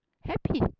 happy